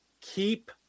keep